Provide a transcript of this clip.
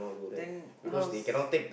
then how's